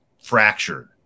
fractured